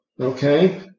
Okay